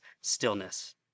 stillness